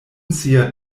sia